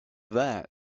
that